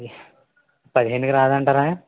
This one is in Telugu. పదిహేనుకి రాదంటరా